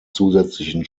zusätzlichen